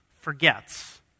forgets